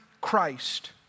Christ